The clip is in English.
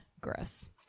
Gross